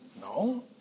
No